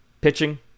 Pitching